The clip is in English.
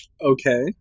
Okay